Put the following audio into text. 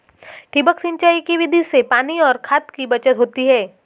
ठिबक सिंचाई की विधि से पानी और खाद की बचत होती है